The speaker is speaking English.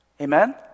Amen